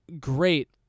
great